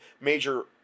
major